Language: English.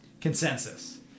consensus